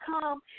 come